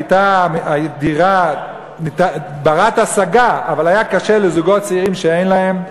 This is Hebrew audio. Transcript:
הייתה דירה בת-השגה אבל היה קשה לזוגות צעירים שאין להם,